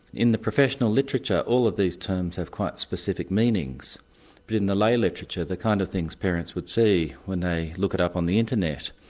in the professional literature all of these terms have quite specific meanings but in the lay literature the kind of things that parents would see when they look it up on the internet,